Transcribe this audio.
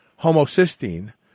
homocysteine